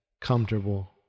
comfortable